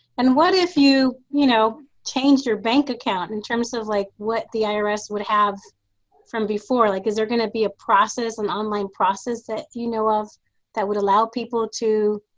and what if you you know changed your bank account in terms of like what the irs would have from before? like is there going to be a process, an and online process, that you know of that would allow people to